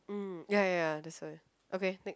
mm ya ya ya that's why okay next